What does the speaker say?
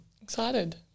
excited